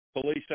police